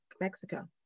Mexico